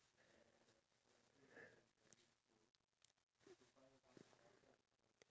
ya but then I'm sure the government knows what he or she is doing because